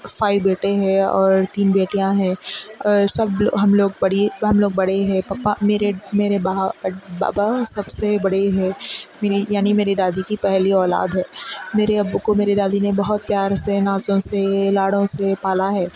five بیٹے ہیں اور تین بیٹیاں ہیں سب ہم لوگ ہم لوگ بڑے ہیں پپا میرے میرے بابا سب سے بڑے ہیں میری یعنی میری دادی کی پہلی اولاد ہے میرے ابو کو میری دادی نے بہت پیار سے نازوں سے لاڑوں سے پالا ہے